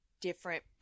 different